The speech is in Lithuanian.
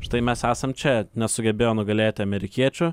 štai mes esam čia nesugebėjo nugalėti amerikiečių